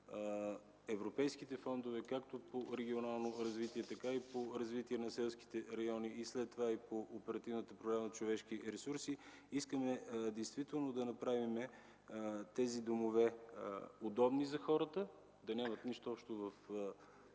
европейските фондове както по регионално развитие, така и по развитие на селските райони, след това и по Оперативната програма „Човешки ресурси”. Искаме действително да направим тези домове удобни за хората, да нямат нищо общо с